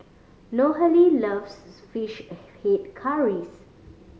Nohely loves fish head curries